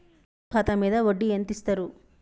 పొదుపు ఖాతా మీద వడ్డీ ఎంతిస్తరు?